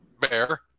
Bear